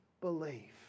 believe